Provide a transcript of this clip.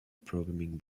programming